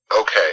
Okay